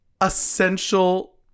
essential